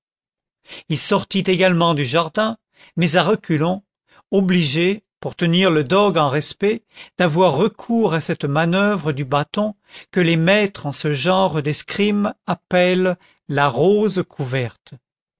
il sortit également du jardin mais à reculons obligé pour tenir le dogue en respect d'avoir recours à cette manoeuvre du bâton que les maîtres en ce genre d'escrime appellent la rose couverte